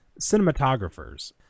cinematographers